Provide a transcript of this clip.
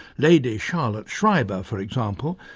lady charlotte schreiber, for example,